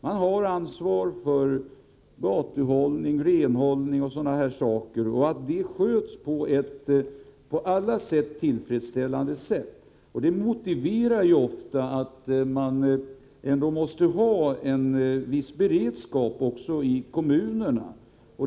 Man har ansvar för gatuhållning, renhållning och för att detta sköts på alla vis tillfredsställande. Det motiverar ofta en viss beredskap i kommunerna.